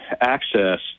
access